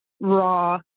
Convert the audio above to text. raw